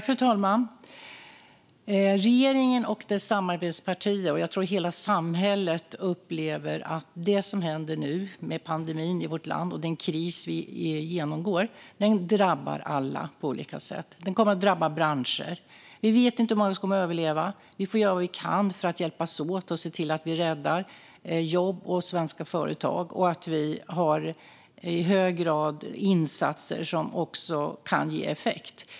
Fru talman! Regeringen och dess samarbetspartier, hela samhället tror jag, upplever att det som händer i vårt land i och med pandemin och den kris som vi genomgår drabbar alla på olika sätt. Det kommer att drabba branscher, och vi vet inte hur många som kommer att överleva. Vi får göra vad vi kan för att hjälpas åt att rädda jobb och svenska företag. Vi har många insatser som kan ge effekt.